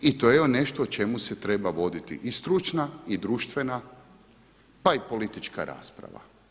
I to je nešto o čemu se treba voditi i stručna i društvena, pa i politička rasprava.